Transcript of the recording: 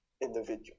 individual